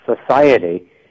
society